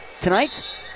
tonight